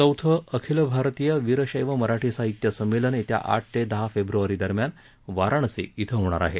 चौथं अखिल भारतीय वीरशैव मराठी साहित्य संमेलन येत्या आठ ते दहा फेब्रवारी दरम्यान वाराणसी आहे